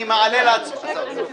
אני מעלה להצבעה